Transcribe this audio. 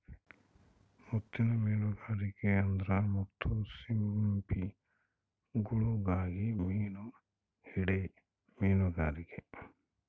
ಮುತ್ತಿನ್ ಮೀನುಗಾರಿಕೆ ಅಂದ್ರ ಮುತ್ತು ಸಿಂಪಿಗುಳುಗಾಗಿ ಮೀನು ಹಿಡೇ ಮೀನುಗಾರಿಕೆ